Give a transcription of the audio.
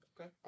Okay